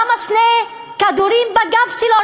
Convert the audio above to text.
למה שני כדורים בגב שלו?